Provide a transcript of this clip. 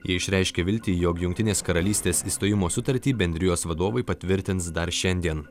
jie išreiškė viltį jog jungtinės karalystės išstojimo sutartį bendrijos vadovai patvirtins dar šiandien